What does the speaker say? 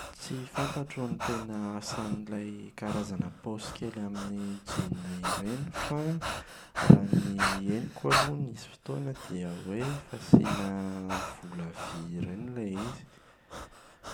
Tsy fantatro ny tena asan’ilay karazana paosy kely amin’ny jeans ireny fa y henoko aloha nisy fotoana dia ho e fasiana vola vy ireny ilay izy.